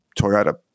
Toyota